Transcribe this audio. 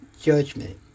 Judgment